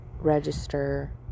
register